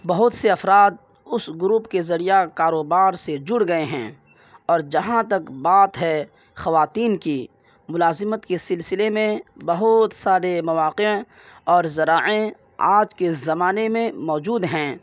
بہت سے افراد اس گروپ کے ذریعہ کاروبار سے جڑ گئے ہیں اور جہاں تک بات ہے خواتین کی ملازمت کے سلسلے میں بہت سارے مواقع اور ذرائع آج کے زمانے میں موجود ہیں